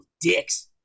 Dicks